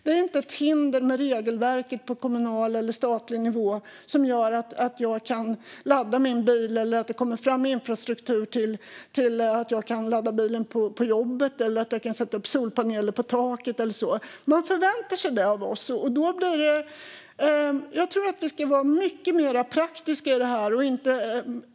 Det ska inte vara hinder med regelverk på kommunal eller statlig nivå som gör att jag inte kan ladda min bil eller att det inte kommer fram infrastruktur så att jag kan ladda bilen på jobbet eller sätta upp solpaneler på taket eller så. Folket förväntar sig det av oss. Jag tror att vi ska vara mer praktiska när det gäller det här.